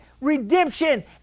redemption